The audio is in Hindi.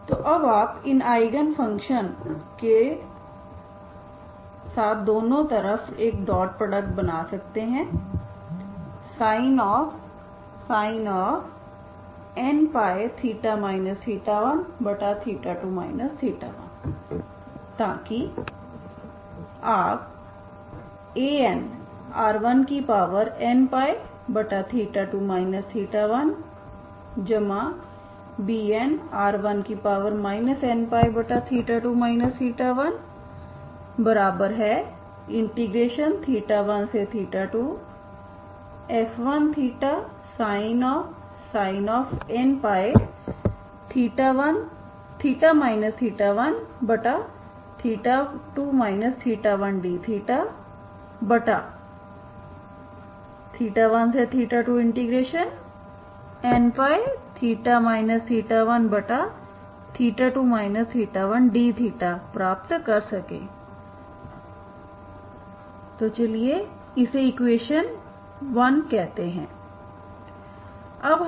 तो अब आप इन आईगन फंक्शन साथ दोनों तरफ एक डॉट प्रोडक्ट बना सकते हैंsin nπθ 12 1 ताकि आप Anr1nπ2 1Bnr1 nπ2 112f1θsin nπθ 12 1 dθ12nπθ 12 1 dθप्राप्त कर सकें तो चलिए इसे eq1कहते हैं